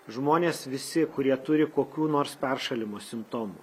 žmonės visi kurie turi kokių nors peršalimo simptomų